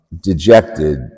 dejected